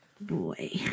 boy